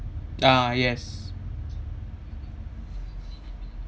ah yes